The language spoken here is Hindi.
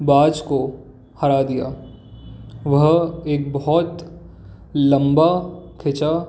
बाज़ को हरा दिया वह एक बहुत लंबी खींची